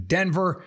Denver